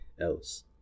else